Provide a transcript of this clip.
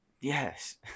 Yes